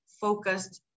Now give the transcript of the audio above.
focused